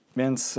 więc